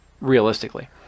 realistically